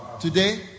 today